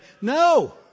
No